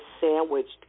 sandwiched